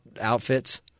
outfits